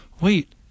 wait